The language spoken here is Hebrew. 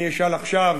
אני אשאל עכשיו,